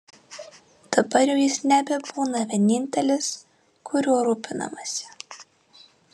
dabar jau jis nebebūna vienintelis kuriuo rūpinamasi